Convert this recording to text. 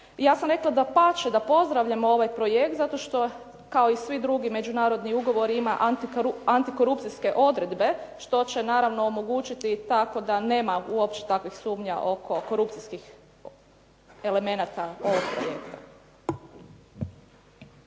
Ja sam rekla dapače, da pozdravljamo ovaj projekt zato što kao i svi drugi međunarodni ugovori ima antikorupcijske odredbe što će naravno omogućiti tako da nema uopće takvih sumnji oko korupcijskih elemenata ovog projekta.